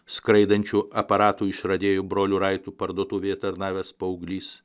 skraidančių aparatų išradėjų brolių raitų parduotuvėje tarnavęs paauglys